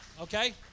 Okay